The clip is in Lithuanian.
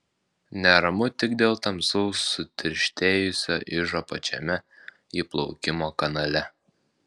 neramu tik dėl tamsaus sutirštėjusio ižo pačiame įplaukimo kanale